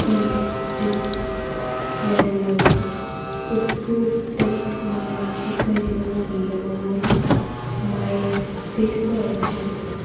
ഈസ്റ്റും വെള്ളവും ഉപ്പുമിട്ട് മാവ് പരിവം നല്ലപോലെ മയത്തിൽ കുഴച്ചെടുക്കും